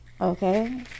okay